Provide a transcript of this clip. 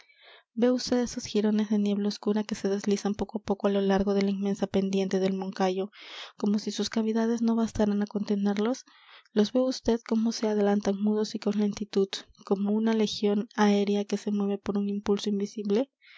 ve usted esos jirones de niebla oscura que se deslizan poco á poco á lo largo de la inmensa pendiente del moncayo como si sus cavidades no bastaran á contenerlos los ve usted cómo se adelantan mudos y con lentitud como una legión aérea que se mueve por un impulso invisible